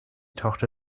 tochter